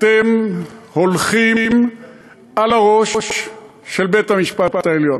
אתם הולכים על הראש של בית-המשפט העליון,